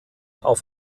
auf